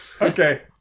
Okay